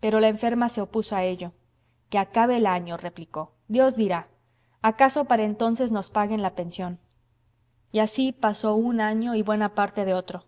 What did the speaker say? pero la enferma se opuso a ello que acabe el año replicó dios dirá acaso para entonces nos paguen la pensión y así pasó un año y buena parte de otro